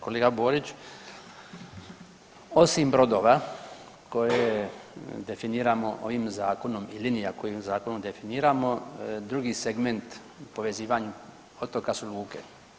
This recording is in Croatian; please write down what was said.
Kolega Borić, osim brodova koje definiramo ovim zakonom i linija koje ovim zakonom definiramo drugi segment povezivanja otoka su luke.